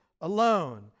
alone